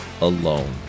alone